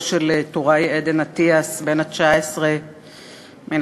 של טוראי עדן אטיאס בן ה-19 מנצרת-עילית,